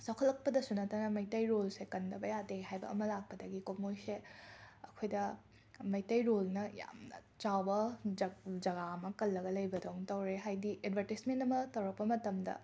ꯆꯥꯎꯈꯠꯂꯛꯄꯗꯁꯨ ꯅꯠꯇꯅ ꯃꯩꯇꯩꯔꯣꯟꯁꯦ ꯀꯟꯗꯕ ꯌꯥꯗꯦ ꯍꯥꯏꯕ ꯑꯃ ꯂꯥꯛꯄꯗꯒꯤꯀꯣ ꯃꯣꯏꯁꯦ ꯑꯩꯈꯣꯏꯗ ꯃꯩꯇꯩꯔꯣꯜꯅ ꯌꯥꯝꯅ ꯆꯥꯎꯕ ꯖ ꯖꯒꯥ ꯑꯃ ꯀꯜꯂꯒ ꯂꯩꯕꯗꯧꯅ ꯇꯧꯔꯦ ꯍꯥꯏꯗꯤ ꯑꯦꯗꯕꯔꯇꯤꯖꯃꯦꯟ ꯑꯃ ꯇꯧꯔꯛꯄ ꯃꯇꯝꯗ